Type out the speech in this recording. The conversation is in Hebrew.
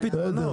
דוד,